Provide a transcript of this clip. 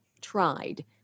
tried